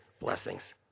Blessings